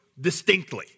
distinctly